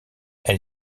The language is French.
elle